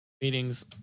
meetings